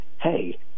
Hey